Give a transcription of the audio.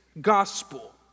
gospel